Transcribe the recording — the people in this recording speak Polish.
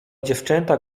dziewczęta